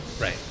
Right